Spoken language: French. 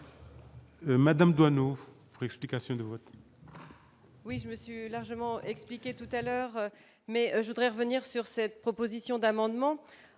Madame Doineau, explications de vote. Oui monsieur largement expliqué tout à l'heure, mais je voudrais revenir sur cette proposition d'amendement,